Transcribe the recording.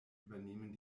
übernehmen